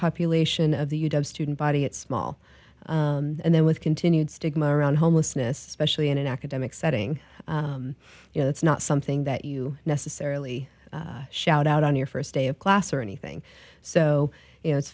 population of the you'd have student body it's small and then with continued stigma around homelessness specially in an academic setting you know it's not something that you necessarily shout out on your first day of class or anything so it's